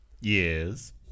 Yes